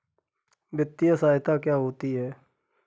वित्तीय सहायता क्या होती है?